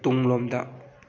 ꯇꯨꯡꯂꯣꯝꯗ